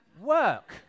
Work